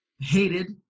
hated